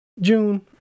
June